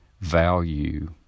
value